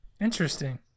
Interesting